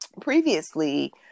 previously